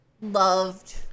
loved